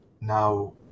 now